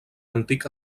antic